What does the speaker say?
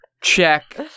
check